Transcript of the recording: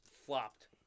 flopped